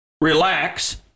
relax